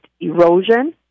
erosion